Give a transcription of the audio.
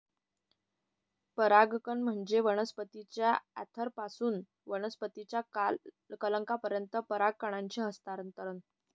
परागकण म्हणजे वनस्पतीच्या अँथरपासून वनस्पतीच्या कलंकापर्यंत परागकणांचे हस्तांतरण